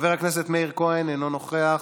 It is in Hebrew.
חבר הכנסת מאיר כהן, אינו נוכח,